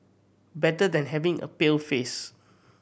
better than having a pale face